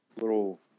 little